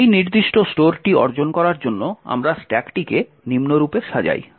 এই নির্দিষ্ট স্টোরটি অর্জন করার জন্য আমরা স্ট্যাকটিকে নিম্নরূপে সাজাই